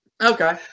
Okay